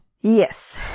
Yes